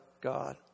God